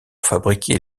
fabriquer